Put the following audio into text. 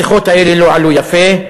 השיחות האלה לא עלו יפה,